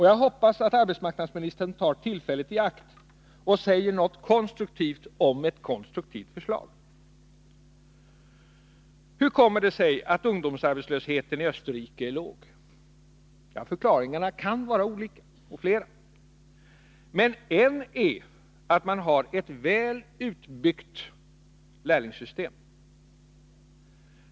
Jag hoppas att arbetsmarknadsminister tar tillfället i akt och säger något konstruktivt om ett konstruktivt förslag. Hur kommer det sig att ungdomsarbetslösheten i Österrike är låg? Förklaringarna är flera. Men en är att man har ett väl utbyggt lärlingssystem.